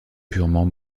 purement